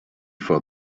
for